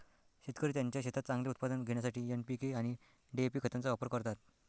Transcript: शेतकरी त्यांच्या शेतात चांगले उत्पादन घेण्यासाठी एन.पी.के आणि डी.ए.पी खतांचा वापर करतात